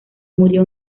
murió